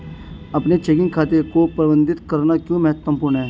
अपने चेकिंग खाते को प्रबंधित करना क्यों महत्वपूर्ण है?